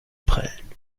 prellen